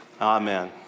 amen